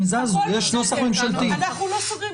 הם זזו.